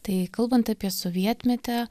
tai kalbant apie sovietmetį